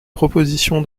proposition